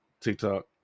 TikTok